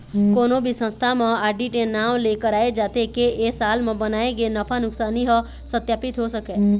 कोनो भी संस्था म आडिट ए नांव ले कराए जाथे के ए साल म बनाए गे नफा नुकसानी ह सत्पापित हो सकय